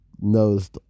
knows